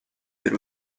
were